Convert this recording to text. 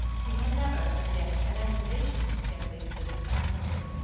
he had never, as yet, had any relations with young ladies of this category.